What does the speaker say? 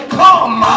come